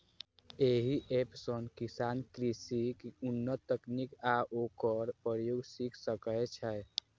एहि एप सं किसान कृषिक उन्नत तकनीक आ ओकर प्रयोग सीख सकै छै